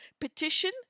Petition